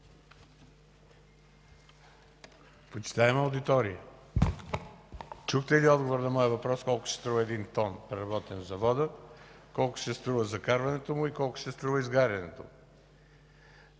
Почитаема аудитория, чухте ли отговор на моя въпрос: колко ще струва един тон, преработен в завода, колко ще струва закарването му и колко ще струва изгарянето му?